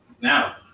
Now